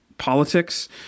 politics